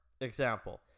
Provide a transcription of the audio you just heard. Example